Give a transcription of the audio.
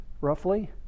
roughly